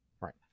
Right